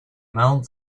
mount